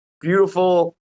beautiful